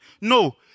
No